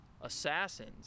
assassins